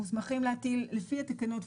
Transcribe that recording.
לפי התקנות,